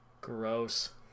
Gross